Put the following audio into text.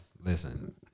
listen